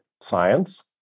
science